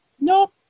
No